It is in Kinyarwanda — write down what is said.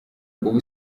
ubu